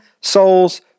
souls